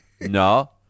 No